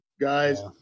guys